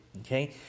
Okay